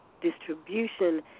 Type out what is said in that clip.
distribution